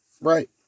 Right